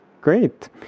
Great